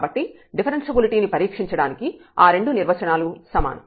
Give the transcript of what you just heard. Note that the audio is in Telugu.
కాబట్టి డిఫరెన్ష్యబిలిటీ ని పరీక్షించడానికి ఆ రెండు నిర్వచనాలు సమానం